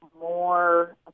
more